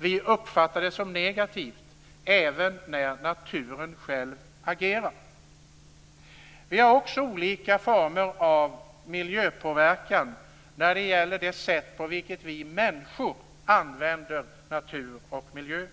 Vi uppfattar det som negativt även när naturen själv agerar. Vi har också olika former av miljöpåverkan när det gäller det sätt på vilket vi människor använder natur och miljö.